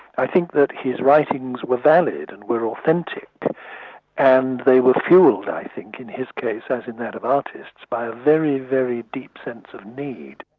i think that his writings were valid and were authentic and they were fuelled, i think, in his case, as in that of artists, by a very, very deep sense of need.